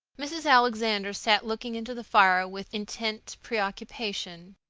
mrs. alexander sat looking into the fire with intent preoccupation,